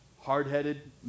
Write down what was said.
hard-headed